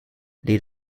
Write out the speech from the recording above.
lead